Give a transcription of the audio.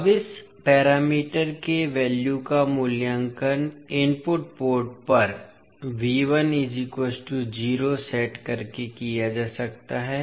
अब इस पैरामीटर के वैल्यू का मूल्यांकन इनपुट पोर्ट पर सेट करके किया जा सकता है